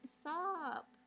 stop